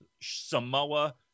Samoa